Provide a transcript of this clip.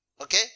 Okay